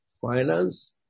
finance